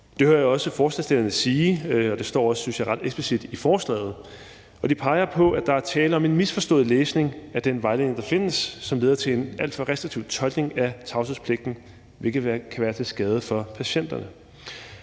Det hører jeg også forslagsstillerne sige, og det står også, synes jeg, ret eksplicit i forslaget. Det peger på, at der er tale om en misforstået læsning af den vejledning, der findes, som leder til en alt for restriktiv tolkning af tavshedspligten, hvilket kan være til skade for patienterne.